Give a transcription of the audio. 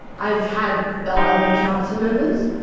i've had the other council members,